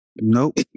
Nope